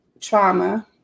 trauma